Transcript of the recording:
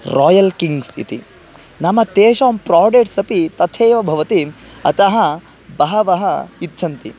royal Kings इति नाम तेषां प्राडेक्ट्स् अपि तथैव भवति अतः बहवः इच्छन्ति